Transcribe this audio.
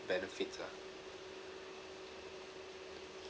benefits ah